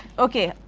ok,